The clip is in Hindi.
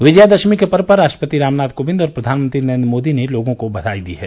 विजयादशमी के पर्व पर राष्ट्रपति रामनाथ कोविंद और प्रधानमंत्री नरेन्द्र मोदी ने लोगों को बधाई दी है